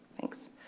Thanks